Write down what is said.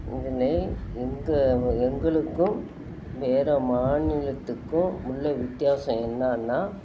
இதனை எங்கள் வ எங்களுக்கும் வேறு மாநிலத்துக்கும் உள்ள வித்தியாசம் என்னென்னா